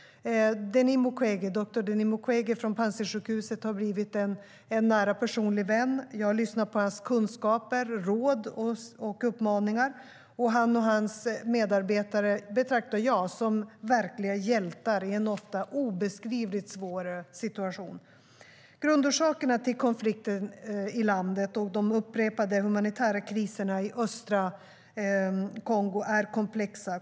Doktor Denis Mukwege från Panzisjukhuset har blivit en nära och personlig vän. Jag har lyssnat på hans kunskaper, råd och uppmaningar. Han och hans medarbetare betraktar jag som verkliga hjältar i en ofta obeskrivligt svår situation. Grundorsakerna till konflikten i landet och de upprepade humanitära kriserna i östra Kongo är komplexa.